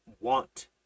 want